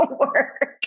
work